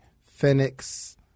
Phoenix